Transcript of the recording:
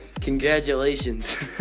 Congratulations